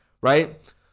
right